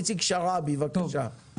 איציק שרעבי, בבקשה.